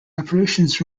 operations